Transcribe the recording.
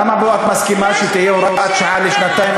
אז למה פה את מסכימה שתהיה הוראת שעה לשנתיים,